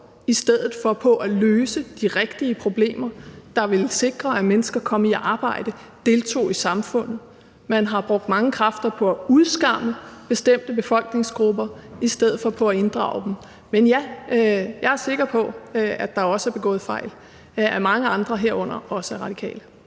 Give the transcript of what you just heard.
i stedet for på at løse de rigtige problemer, der ville sikre, at mennesker kom i arbejde, deltog i samfundet. Man har brugt mange kræfter på at udskamme bestemte befolkningsgrupper i stedet for på at inddrage dem. Men, ja, jeg er sikker på, at der også er begået fejl af mange andre, herunder også af De Radikale.